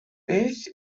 beth